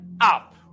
up